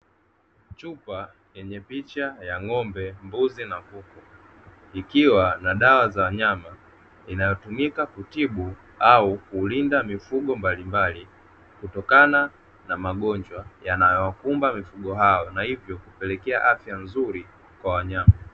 Chupa yenye picha ya ng’ombe, mbuzi na kuku ikiwa na dawa za wanyama inayotumika kutibu au kulinda mifugo mbalimbali kutokana na magonjwa yanayokumba mifugo hao na hivyo kupelekea afya nzuri kwa wanyama.